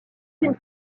une